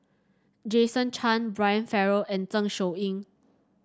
Jason Chan Brian Farrell and Zeng Shouyin